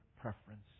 preference